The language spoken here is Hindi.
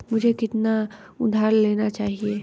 मुझे कितना उधार लेना चाहिए?